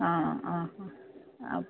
ആ ആ ആ അപ്